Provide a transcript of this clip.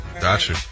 Gotcha